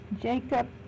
Jacob